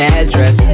address